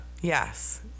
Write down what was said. Yes